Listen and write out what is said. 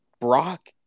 Brock